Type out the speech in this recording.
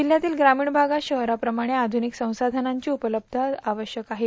जिल्हातील प्रामीण भागात शहराप्रमाणे आधुनिक संसाधनांची उपलब्धता आवश्यक आहे